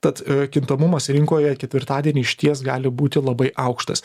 tad kintamumas rinkoje ketvirtadienį išties gali būti labai aukštas